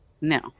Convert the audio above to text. no